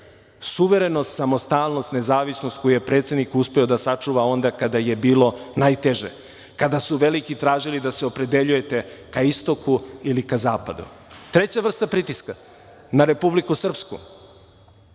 Suverenost, samostalnost, nezavisnost koju je predsednik uspeo da sačuva onda kada je bilo najteže, kada su veliki tražili da se opredeljujete ka istoku ili ka zapadu. Treća vrsta pritiska na Republiku Srpsku.